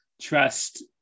trust